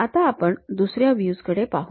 आता आपण दुसऱ्या व्ह्यूज कडे पाहू